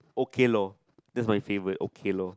okay loh that's my favourite okay loh